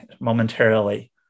momentarily